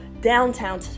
downtown